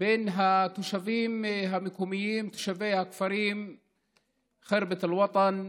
בין התושבים המקומיים, תושבי הכפרים ח'רבת אל-וטן,